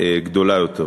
גדולה יותר.